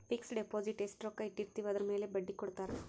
fix deposit ಎಸ್ಟ ರೊಕ್ಕ ಇಟ್ಟಿರ್ತಿವಿ ಅದುರ್ ಮೇಲೆ ಬಡ್ಡಿ ಕೊಡತಾರ